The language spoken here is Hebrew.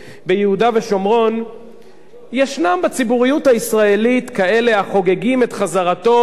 יש החוגגים את חזרתו של מר אולמרט לחיים הפוליטיים.